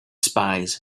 spies